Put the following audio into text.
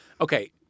Okay